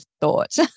thought